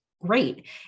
great